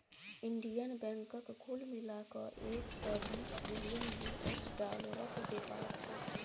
Indian बैंकक कुल मिला कए एक सय बीस बिलियन यु.एस डालरक बेपार छै